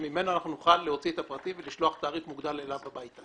שממנו נוכל להוציא את הפרטים ולשלוח תעריף מוגדל אליו הביתה.